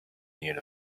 near